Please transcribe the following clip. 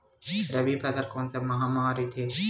रबी फसल कोन सा माह म रथे?